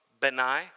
Benai